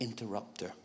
interrupter